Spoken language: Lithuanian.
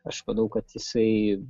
aš manau kad jisai